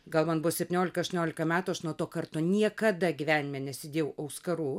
gal man buvo septyniolika aštuoniolika metų aš nuo to karto niekada gyvenime nesidėjau auskarų